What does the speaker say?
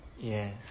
Yes